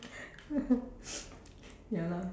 ya lor